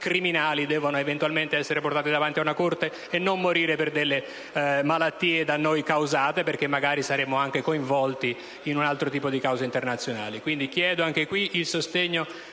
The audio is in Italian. criminali, devono eventualmente essere portati davanti ad una corte e non morire per malattie da noi causate, per le quali magari saremmo anche coinvolti in un altro tipo di cause internazionali. Chiedo pertanto anche per questo